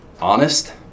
honest